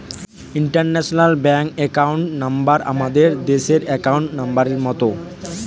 international bank account number আমাদের দেশের account নম্বরের মত